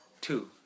Two